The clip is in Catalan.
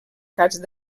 casc